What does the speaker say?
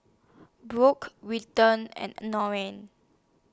Brock Wilton and Nora